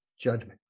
judgment